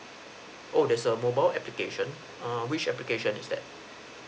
oh there's a mobile application err which application is that